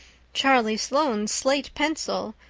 charlie sloane's slate pencil,